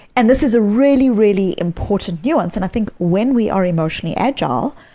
and this is a really, really important nuance. and i think when we are emotionally agile,